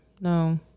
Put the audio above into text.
No